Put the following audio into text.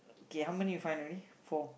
okay how many you find already four